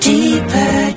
Deeper